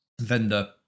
vendor